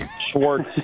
Schwartz